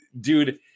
dude